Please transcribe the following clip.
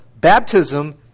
baptism